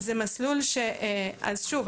אז שוב,